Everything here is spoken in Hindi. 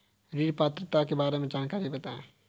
ऋण पात्रता के बारे में जानकारी बताएँ?